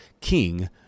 King